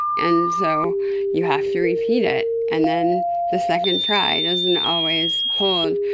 and so you have to repeat it. and then the second try doesn't always hold,